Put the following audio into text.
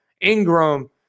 Ingram